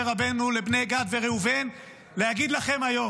רבנו לבני גד וראובן להגיד לכם היום: